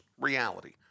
reality